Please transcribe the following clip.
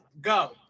Go